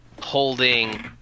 holding